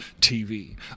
TV